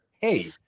hey